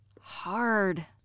hard